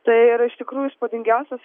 tai yra iš tikrųjų įspūdingiausias